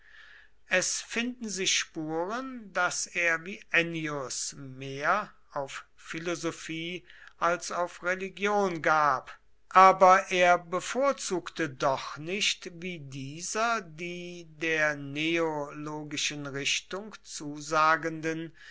es finden sich spuren daß er wie ennius mehr auf philosophie als auf religion gab aber er bevorzugte doch nicht wie dieser die der neologischen richtung zusagenden